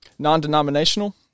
Non-denominational